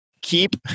keep